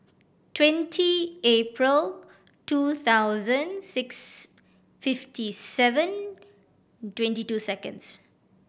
twenty April two thousand six fifty seven twenty two seconds